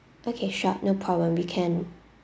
okay sure no problem we can